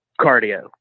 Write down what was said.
cardio